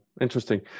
interesting